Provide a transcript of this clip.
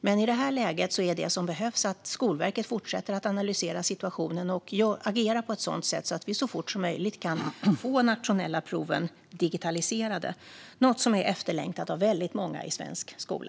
Men i detta läge är det som behövs att Skolverket fortsätter att analysera situationen och agera på ett sådant sätt att vi så fort som möjligt kan få de nationella proven digitaliserade. Det är något som är efterlängtat av väldigt många i svensk skola.